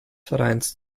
vereins